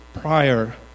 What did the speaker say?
prior